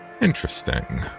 Interesting